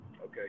okay